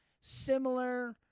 similar